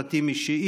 הכנסת,